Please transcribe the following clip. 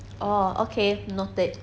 oh okay noted